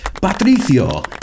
Patricio